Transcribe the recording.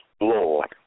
Lord